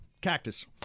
Cactus